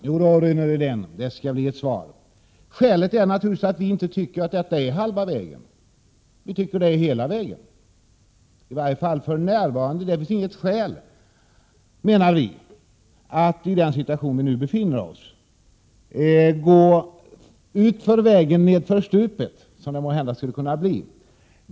Herr talman! Jo då, Rune Rydén, det skall bli ett svar: Skälet är naturligtvis att vi inte tycker att detta är halva vägen, utan att det är att gå hela vägen, i varje fall för närvarande. Det finns enligt vår mening inget skäl för att i nuvarande situation så att säga gå utför vägen och nedför stupet, som det måhända skulle kunna bli fråga om.